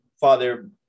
Father